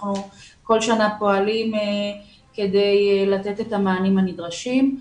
אנחנו כל שנה פועלים כדי לתת את המענים הנדרשים.